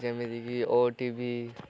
ଯେମିତିକିି O T ଭି